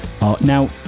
Now